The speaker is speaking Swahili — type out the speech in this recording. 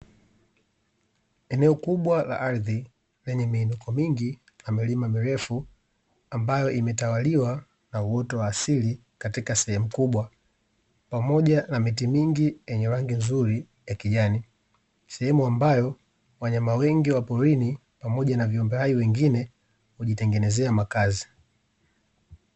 Eneo kubwa la ardhi lenye miinuko mingi na milima mirefu, ambayo imetawaliwa na uoto wa asili katika sehemu kubwa pamoja na miti mingi yenye rangi nzuri ya kijani, sehemu ambayo wanyama wengi wa porini pamoja na viumbe hai wengine hujitengenezea makazi.